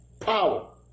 power